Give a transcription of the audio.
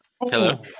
Hello